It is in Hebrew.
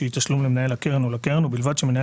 שהיא תשלום למנהל הקרן או לקרן ובלבד שמנהל